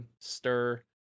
stir